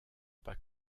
pas